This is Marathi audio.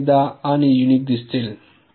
तर ते एकदा आणि युनिक दिसतील